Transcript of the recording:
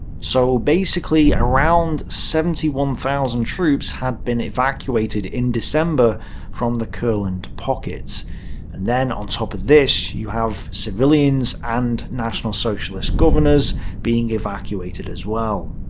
so basically, around seventy one thousand troops had been evacuated in december from the courland pocket. and then, on top of this, you have civilians and national socialist governors being evacuated as well.